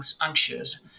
anxious